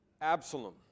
Absalom